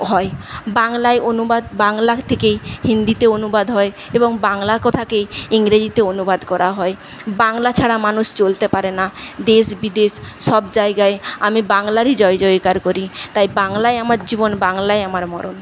হয় বাংলায় অনুবাদ বাংলা থেকেই হিন্দিতে অনুবাদ হয় এবং বাংলা কথাকেই ইংরেজিতে অনুবাদ করা হয় বাংলা ছাড়া মানুষ চলতে পারে না দেশ বিদেশ সব জায়গায় আমি বাংলারই জয়জয়কার করি তাই বাংলাই আমার জীবন বাংলাই আমার মরণ